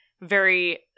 very-